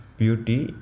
beauty